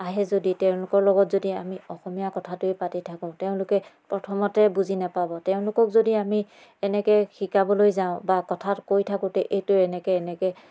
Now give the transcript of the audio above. আহে যদি তেওঁলোকৰ লগত যদি অসমীয়া কথাটোৱেই পাতি থাকোঁ তেওঁলোকে প্ৰথমতে বুজি নেপাব তেওঁলোকক যদি আমি এনেকৈ শিকাবলৈ যাওঁ বা কথা কৈ থাকোঁতে এইটো এনেকৈ এনেকৈ